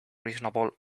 reasonable